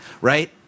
right